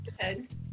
Good